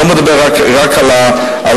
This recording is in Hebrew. לא מדבר רק על הסקטור.